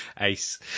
ace